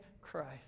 Christ